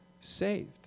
saved